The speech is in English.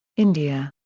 india,